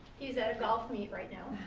he's at a golf meet right now.